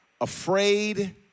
Afraid